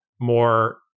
more